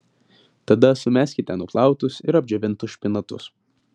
tada sumeskite nuplautus ir apdžiovintus špinatus